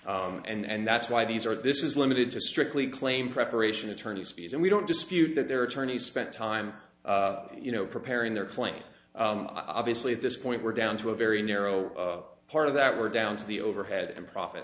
claim and that's why these are this is limited to strictly claim preparation attorney's fees and we don't dispute that their attorneys spent time you know preparing their client obviously at this point we're down to a very narrow part of that we're down to the overhead and profit